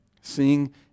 seeing